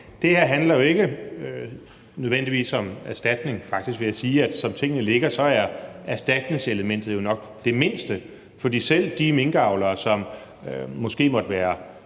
Det her handler jo ikke nødvendigvis om erstatning. Faktisk vil jeg sige, at som tingene ligger, så er erstatningselementet nok det mindste, for selv de minkavlere, der måske ikke måtte være